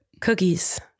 Cookies